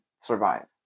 survive